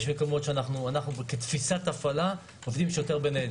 יש מקומות שאנחנו כתפיסת הפעלה עובדים עם שוטר בניידת